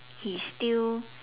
he's still